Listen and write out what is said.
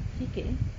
sikit eh